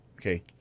Okay